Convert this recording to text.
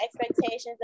expectations